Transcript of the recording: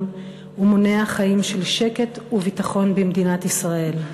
ומונע חיים של שקט וביטחון במדינת ישראל.